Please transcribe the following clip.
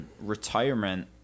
retirement